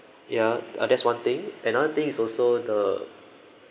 ya uh that's one thing another thing is also the